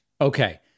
Okay